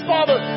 Father